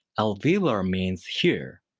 alveolar means here,